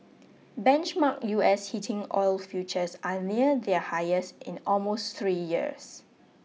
benchmark U S heating oil futures are near their highest in almost three years